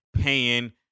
paying